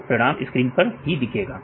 आपको परिणाम स्क्रीन पर दिखेगा